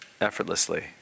effortlessly